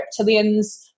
reptilians